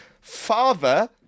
father